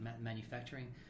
manufacturing